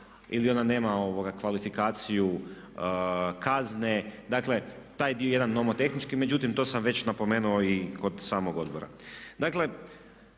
ili ona nema kvalifikaciju kazne, dakle, taj dio jedan nomotehnički. Međutim, to sam već napomenuo i kod samog odbora.